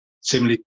similarly